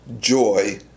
joy